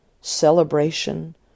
celebration